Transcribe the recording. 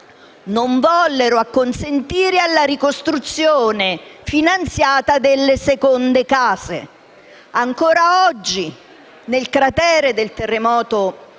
non vollero acconsentire alla ricostruzione finanziata delle seconde case. Ancora oggi, nel cratere del terremoto